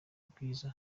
ubwiza